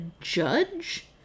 judge